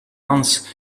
months